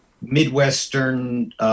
Midwestern